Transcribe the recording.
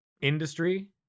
industry